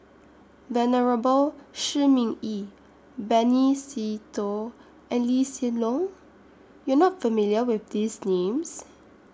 Venerable Shi Ming Yi Benny Se Teo and Lee Hsien Loong YOU Are not familiar with These Names